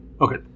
Okay